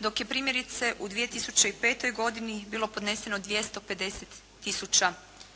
dok je primjerice u 2005. godini bilo podneseno 250 tisuća